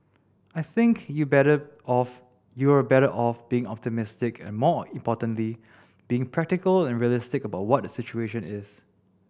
I think you better off you're better off being optimistic and more importantly being practical and realistic about what the situation is